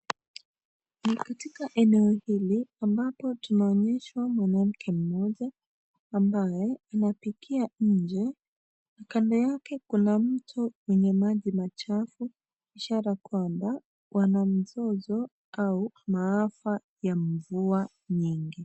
Ni katika eneo hili ambapo tunaonyeshwa mwanamke mmoja ambaye anapikia nje. Kando yake kuna mto wenye maji machafu ishara kwamba wana mzozo au maafa ya mvua nyingi.